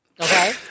Okay